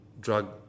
drug